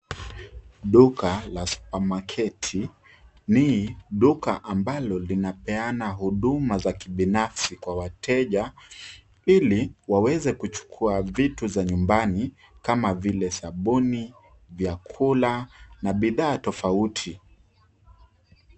Duka la supamaketi ni duka ambalo linapeana huduma za kibinafsi kwa wateja ili waeze kuchukua vitu za nyumbani kama vile sabuni, vyakula na bidhaa tofautui.